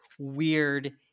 weird